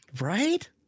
Right